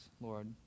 Lord